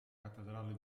cattedrale